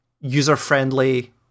user-friendly